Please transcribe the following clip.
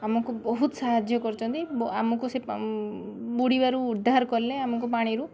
ଆମକୁ ବହୁତ ସାହାର୍ଯ୍ୟ କରିଛନ୍ତି ଆମକୁ ସେ ପା ବୁଡ଼ିବାରୁ ଉଦ୍ଧାର କଲେ ଆମକୁ ପାଣିରୁ